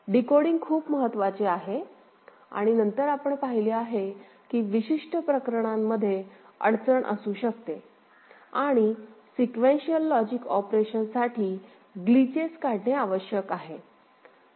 decoding खूप महत्वाचे आहे आणि नंतर आपण पाहिले आहे की विशिष्ट प्रकरणांमध्ये अडचण असू शकते आणि सिक्वेन्शिअल लॉजिक ऑपरेशन साठी ग्लिचेस काढणे आवश्यक आहे